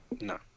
No